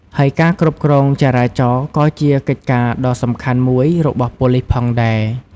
ហើយការគ្រប់គ្រងចរាចរណ៍ក៏ជាកិច្ចការដ៏សំខាន់មួយរបស់ប៉ូលីសផងដែរ។